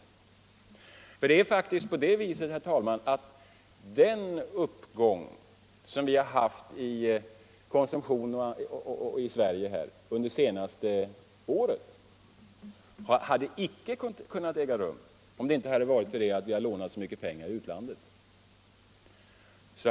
Det är faktiskt på det viset, herr talman, att den uppgång i konsumtionen i Sverige som vi har haft under det senaste året icke hade kunnat äga rum, ifall vi inte hade lånat så mycket pengar i utlandet.